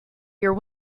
are